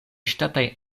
ŝtataj